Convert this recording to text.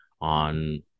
on